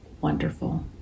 wonderful